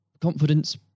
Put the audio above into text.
confidence